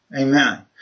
Amen